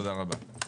תודה רבה.